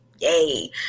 yay